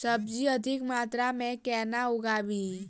सब्जी अधिक मात्रा मे केना उगाबी?